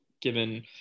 given